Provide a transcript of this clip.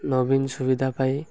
ନବୀନ ସୁବିଧା ପାଇ